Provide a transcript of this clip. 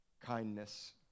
kindness